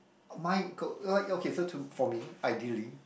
uh my k like okay so to for me ideally